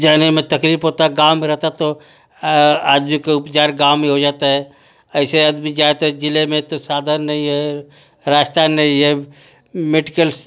जाने में तकलीफ होता गाँव में रहता तो आदमी का उपचार गाँव में हो जाता है ऐसे आदमी जाए तो ज़िले में तो साधन नहीं है रास्ता नहीं है मेडिकल्स